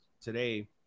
today